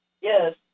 Yes